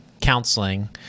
counseling